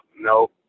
no